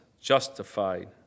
justified